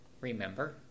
Remember